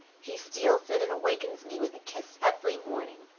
he steals in and wakens me with a kiss every morning.